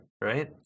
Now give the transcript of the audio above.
Right